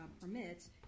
permits